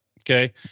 Okay